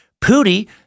Pooty